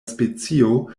specio